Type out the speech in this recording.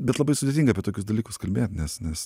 bet labai sudėtinga apie tokius dalykus kalbėt nes nes